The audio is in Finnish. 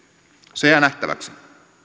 se jää nähtäväksi